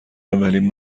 اولین